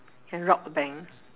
can rob the bank